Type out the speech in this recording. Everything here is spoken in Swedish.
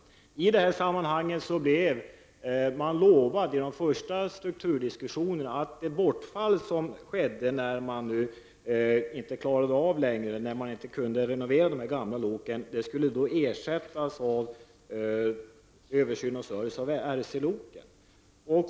Vid de första diskussionerna om strukturomvandlingen utlovades att det bortfall som blev följden av att man inte längre kunde renovera de gamla loken skulle ersättas av översyn och service av RC-loken.